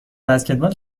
بسکتبال